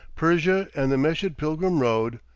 persia and the meshed pilgrim road.